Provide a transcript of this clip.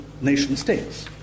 nation-states